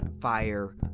fire